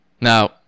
Now